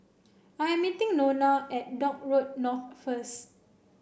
I am meeting Nona at Dock Road North first